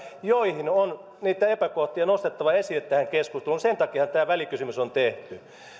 joista on niitä epäkohtia nostettava esille tähän keskusteluun sen takiahan tämä välikysymys on tehty